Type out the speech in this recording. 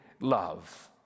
love